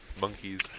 Monkey's